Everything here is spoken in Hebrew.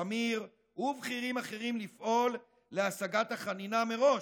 שמיר ובכירים אחרים לפעול להשגת החנינה מראש,